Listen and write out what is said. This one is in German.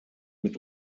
mit